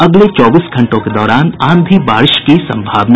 अगले चौबीस घंटों के दौरान आंधी बारिश की संभावना